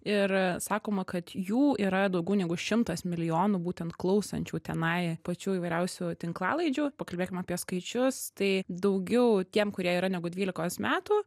ir sakoma kad jų yra daugiau negu šimtas milijonų būtent klausančių tenai pačių įvairiausių tinklalaidžių pakalbėkim apie skaičius tai daugiau tiem kurie yra negu dvylikos metų